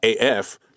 AF